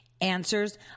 answers